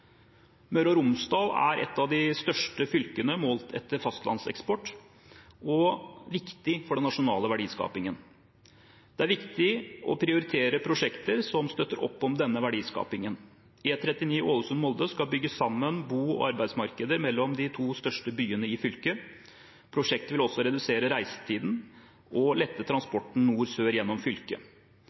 Møre og Romsdal er et av de største fylkene målt etter fastlandseksport og er viktig for den nasjonale verdiskapingen. Det er viktig å prioritere prosjekter som støtter opp om denne verdiskapingen. E39 Ålesund–Molde skal bygge sammen bo- og arbeidsmarkeder mellom de to største byene i fylket. Prosjektet vil også redusere reisetiden og lette transporten nord–sør gjennom fylket.